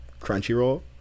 Crunchyroll